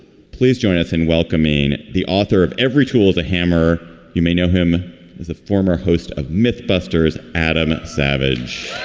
please join us in welcoming the author of every tool is a hammer. you may know him as the former host of mythbusters, adam savage